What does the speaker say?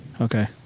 Okay